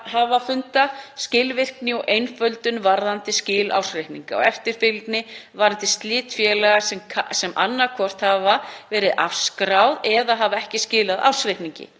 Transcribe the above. hluthafafunda, skilvirkni og einföldun varðandi skil ársreikninga og eftirfylgni varðandi slit félaga sem annaðhvort hafa verið afskráð eða hafa ekki skilað ársreikningi.